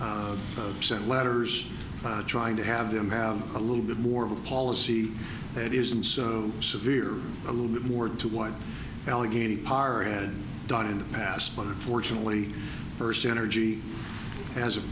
e sent letters trying to have them have a little bit more of a policy that isn't so severe a little bit more to what allegheny power and done in the past but unfortunately first energy has a